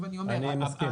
אני מסכים.